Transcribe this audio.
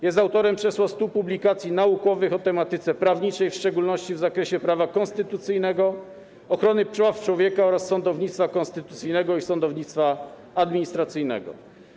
Jest autorem przeszło 100 publikacji naukowych o tematyce prawniczej, w szczególności w zakresie prawa konstytucyjnego, ochrony praw człowieka oraz sądownictwa konstytucyjnego i sądownictwa administracyjnego.